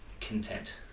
content